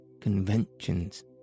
conventions